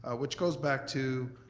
ah which goes back to